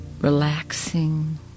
relaxing